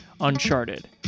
Uncharted